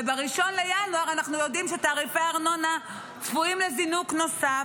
וב-1 בינואר אנחנו יודעים שתעריפי הארנונה צפויים לזינוק נוסף.